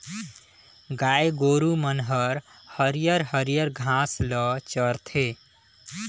गाय गोरु मन हर हरियर हरियर घास ल चरथे